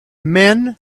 men